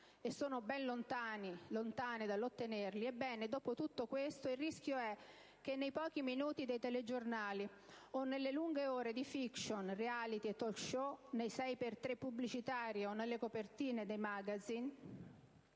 e sono ben lontane dall'ottenerli; ebbene, dopo tutto questo, il rischio è che, nei pochi minuti dei telegiornali o nelle lunghe ore di *fiction*, *reality* e *talk show*, nei «6 per 3» pubblicitari o nelle copertine dei *magazine*,